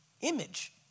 image